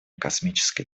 космической